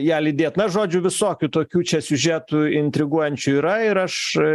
ją lydėt na žodžiu visokių tokių čia siužetų intriguojančių yra ir aš